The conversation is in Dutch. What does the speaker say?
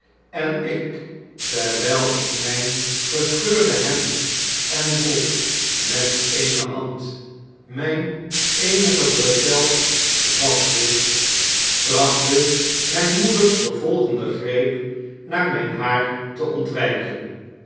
en ik terwyl ik myn gescheurde hemd en broek met eene hand myn eenige bretels vasthield trachtte miin moeders vervolgenden greep naar mgn haar te ontwijken